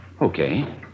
Okay